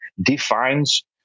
defines